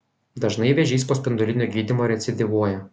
dažnai vėžys po spindulinio gydymo recidyvuoja